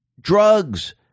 drugs